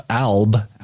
alb